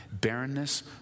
barrenness